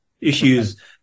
issues